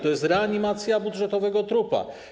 To jest reanimacja budżetowego trupa.